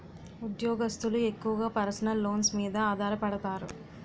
ఉద్యోగస్తులు ఎక్కువగా personal loans మీద ఆధారపడతారు